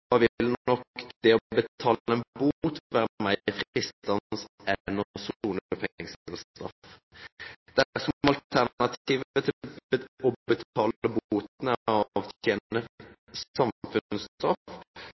vil nok det å betale en bot være mer fristende enn å sone en fengselsstraff. Dersom alternativet til å betale boten